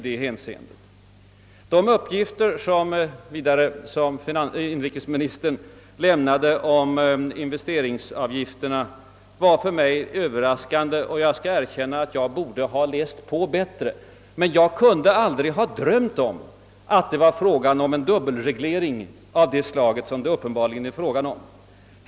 De uppgifter som inrikesministern lämnade om investeringsavgiften var för mig överraskande, och jag skall erkänna att jag borde ha läst på bättre. Men jag kunde aldrig drömma om att det var fråga om en dubbelreglering av det slag som uppenbarligen är fallet.